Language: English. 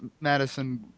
Madison